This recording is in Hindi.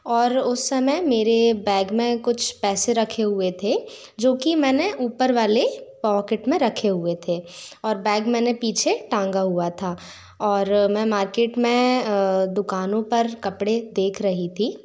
और उस समय मेरे बैग में कुछ पैसे रखे हुए थे जो कि मैंने ऊपर वाले पॉकेट में रखे हुए थे और बैग मैंने पीछे टांगा हुआ था और मैं मार्केट में दुकानों पर कपड़े देख रही थी